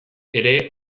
ere